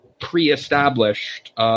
pre-established